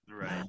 Right